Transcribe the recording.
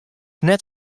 net